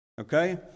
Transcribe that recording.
Okay